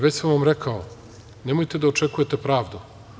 Već sam vam rekao, nemojte da očekujete pravdu.